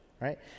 right